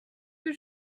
que